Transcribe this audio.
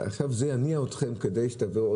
זה יניע אתכם כדי שתבואו,